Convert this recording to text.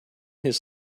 his